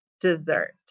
dessert